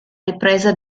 ripresa